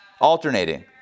Alternating